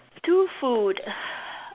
two food